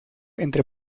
entre